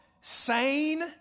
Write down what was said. sane